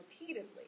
repeatedly